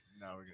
No